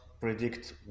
predict